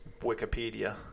wikipedia